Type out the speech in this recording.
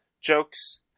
jokes